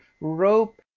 rope